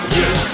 yes